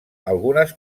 algunes